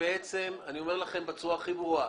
שאני אומר לכם בצורה הכי ברורה,